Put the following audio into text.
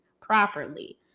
properly